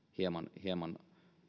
taajamissa tai hieman